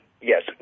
Yes